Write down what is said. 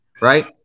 right